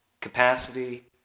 capacity